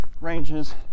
ranges